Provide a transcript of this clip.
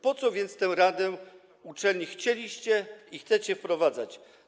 Po co więc tę radę uczelni chcieliście i chcecie wprowadzać?